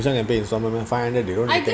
this one can pay is how much five hundred they don't